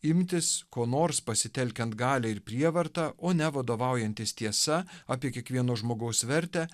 imtis ko nors pasitelkiant galią ir prievartą o ne vadovaujantis tiesa apie kiekvieno žmogaus vertę